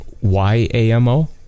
Y-A-M-O